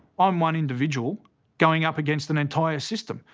i'm one individual going up against an entire system.